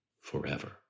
forever